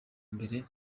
mbere